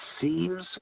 seems